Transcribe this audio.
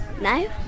No